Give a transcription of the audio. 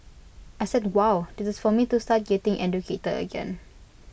I said wow this is for me to start getting educated again